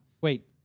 Wait